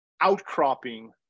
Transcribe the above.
outcropping